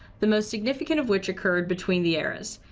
the most significant of which occurred between the eras.